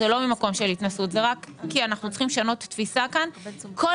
לא ממקום שת התנשאות רק כי אנו צריכים לשנות תפיסה כאן כל